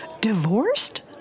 Divorced